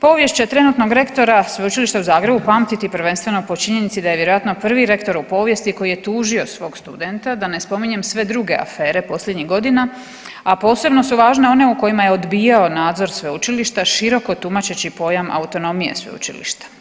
Povijest će trenutnog rektora Sveučilišta u Zagrebu pamtiti prvenstveno po činjenici da je vjerojatno prvi rektor u povijesti koji je tužio svog studenta, da ne spominjem sve druge afere posljednjih godina a posebno su važne one u kojima je odbijao nadzor sveučilišta široko tumačeći pojam autonomije sveučilišta.